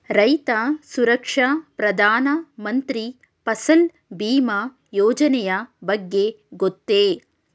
ರೈತ ಸುರಕ್ಷಾ ಪ್ರಧಾನ ಮಂತ್ರಿ ಫಸಲ್ ಭೀಮ ಯೋಜನೆಯ ಬಗ್ಗೆ ಗೊತ್ತೇ?